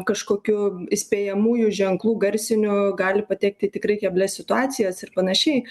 kažkokių įspėjamųjų ženklų garsinių gali patekti tikrai į keblias situacijas ir panašiai